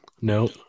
No